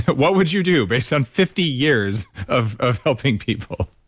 but what would you do based on fifty years of of helping people?